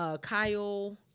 Kyle